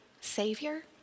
Savior